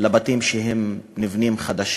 לבתים החדשים שנבנים,